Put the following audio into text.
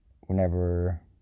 whenever